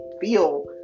feel